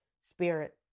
Spirit